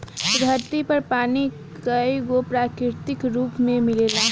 धरती पर पानी कईगो प्राकृतिक रूप में मिलेला